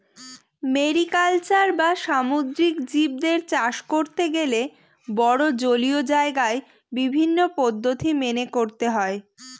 mariculture বা সামুদ্রিক জীবদের চাষ করতে গেলে বড়ো জলীয় জায়গায় বিভিন্ন পদ্ধতি মেনে করতে হয়